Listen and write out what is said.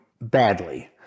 badly